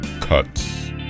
cuts